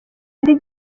undi